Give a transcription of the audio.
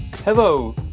Hello